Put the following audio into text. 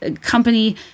company